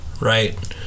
right